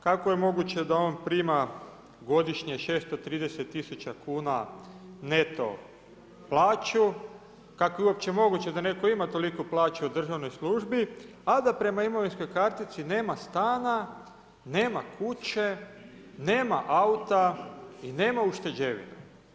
Kako je moguće da on prima godišnje 630 tisuća kuna neto plaću, kako je uopće moguće da netko ima toliku plaću u državnoj službi, a da prema imovinskoj kartici nema stana, nema kuće, nema auta i nema ušteđevine?